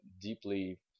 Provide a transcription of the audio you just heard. deeply